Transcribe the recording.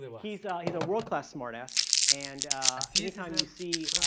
he's ah he's a world class smartass. and anytime you see